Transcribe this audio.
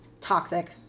toxic